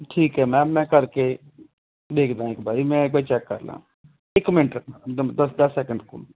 ਠੀਕ ਹੈ ਮੈਮ ਮੈਂ ਕਰਕੇ ਦੇਖਦਾਂ ਇੱਕ ਵਾਰੀ ਮੈਂ ਇੱਕ ਵਾਰੀ ਚੈੱਕ ਕਰ ਲਾਂ ਇੱਕ ਮਿੰਟ ਦਸ ਸੈਕੰਡ ਰੁਕੋ